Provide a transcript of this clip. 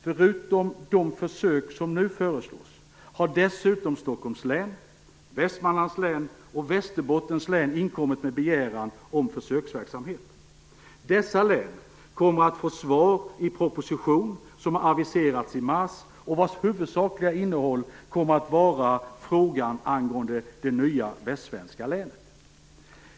Förutom de försök som nu föreslås, har Stockholms län, Västmanlands län och Västerbottens län inkommit med begäran om försöksverksamhet. De kommer att få svar i en proposition som aviserats i mars och vars huvudsakliga innehåll kommer att vara frågan om det nya västsvenska länet.